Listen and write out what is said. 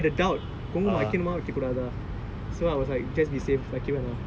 I was like சந்தேகம்:santhekam I I had a doubt குங்குமம் வைக்கணுமா வைக்கக்கூடாதா:kungkumam vaikanumaa vaikakudaathaa